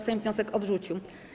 Sejm wniosek odrzucił.